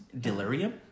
delirium